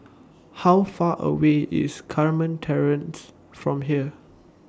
How Far away IS Carmen Terrace from here